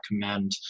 recommend